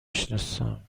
سناسم